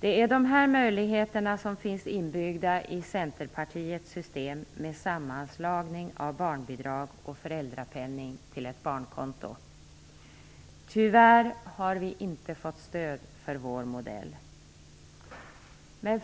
Det är de här möjligheterna som finns inbyggda i Centerpartiets system, med sammanslagning av barnbidrag och föräldrapenning till ett barnkonto. Tyvärr har vi inte fått stöd för vår modell. Men